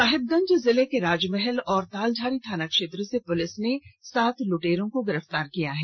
साहिबगंज जिले के राजमहल और तालझारी थाना क्षेत्र से पुलिस ने सात लुटेरों को गिरफ्तार किया है